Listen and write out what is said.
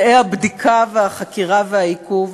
למושאי הבדיקה, והחקירה והעיקוב.